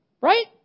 Right